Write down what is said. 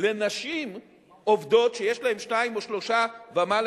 לנשים עובדות שיש להן שני ילדים קטנים או שלושה ומעלה,